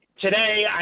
today